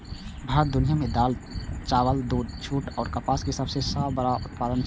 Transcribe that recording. भारत दुनिया में दाल, चावल, दूध, जूट और कपास के सब सॉ बड़ा उत्पादक छला